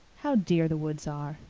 how dear the woods are!